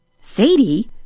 Sadie